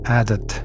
added